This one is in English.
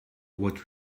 what